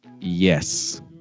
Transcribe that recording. Yes